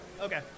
okay